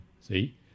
See